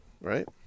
right